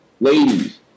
ladies